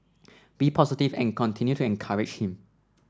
be positive and continue to encourage him